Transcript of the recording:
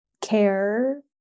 care